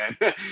man